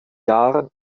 jahren